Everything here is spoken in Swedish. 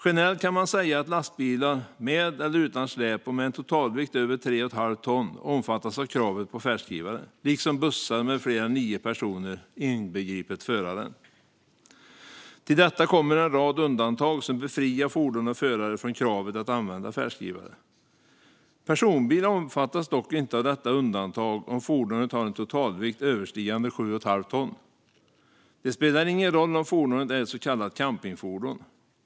Generellt kan man säga att lastbilar med eller utan släp med en totalvikt över tre och ett halvt ton omfattas av kravet på färdskrivare, liksom bussar med fler än nio personer, inbegripet föraren. Till detta kommer en rad undantag som befriar fordon och förare från kravet att använda färdskrivare. Personbilar omfattas dock inte av något undantag om fordonet har en totalvikt överstigande sju och ett halvt ton. Det spelar ingen roll om fordonet är ett så kallat campingfordon.